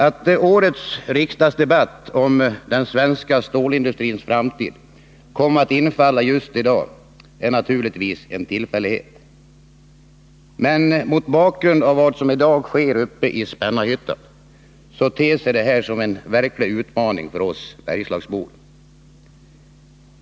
Att årets riksdagsdebatt om den svenska stålindustrins framtid kom att infalla just i dag är naturligtvis en tillfällighet, men mot bakgrund av vad som i dag sker uppe i Spännarhyttan, så ter detta sig som en verklig utmaning för oss bergslagsbor.